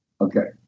Okay